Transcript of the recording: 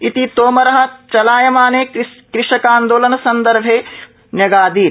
इति तोमर चलायमाने कृषकान्दोलनसन्दर्भे अगादीत्